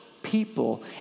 people